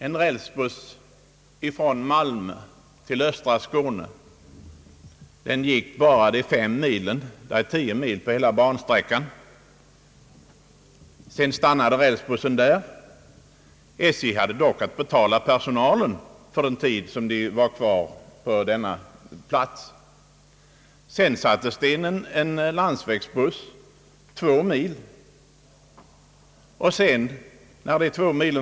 En rälsbuss från Malmö till östra Skåne gick bara fem mil — hela bansträckan är tio mil. Rälsbussen stannade som sagt efter fem mil. SJ hade dock att betala personalen för den tid som de var kvar på denna plats. Sedan sattes en landsvägsbuss in för en körsträcka på två mil.